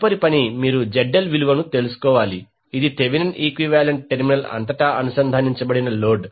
తదుపరి పని మీరు ZL విలువను తెలుసుకోవాలి ఇది థెవెనిన్ ఈక్వివాలెంట్ టెర్మినల్ అంతటా అనుసంధానించబడిన లోడ్